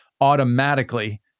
automatically